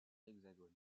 l’hexagone